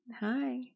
Hi